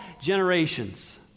generations